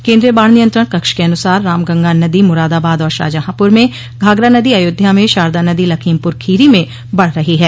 केन्द्रीय बाढ़ नियंत्रण कक्ष के अनुसार रामगंगा नदी मुरादाबाद और शाहजहांपुर में घाघरा नदी अयोध्या में शारदा नदी लखीमपुर खीरी में बढ़ रही है